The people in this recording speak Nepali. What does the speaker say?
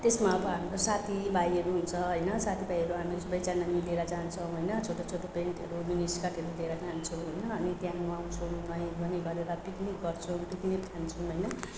त्यसमा अब हाम्रो साथीभाइहरू हुन्छ होइन साथीभाइहरू हामी सबैजना मिलेर जान्छौँ होइन छोटो छोटो पेन्टहरू जिनिस काटेर लिएर जान्छौँ होइन अनि त्यहाँ नुहाउँछौँ नुहाईधुहाई गरेर पिक्निक गर्छौँ पिक्निक खान्छौँ होइन